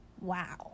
Wow